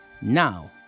Now